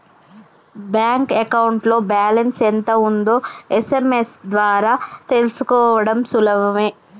bank అకౌంట్లో balance ఎంత ఉందో ఎస్.ఎం.ఎస్ ద్వారా తెలుసుకోడం సులువే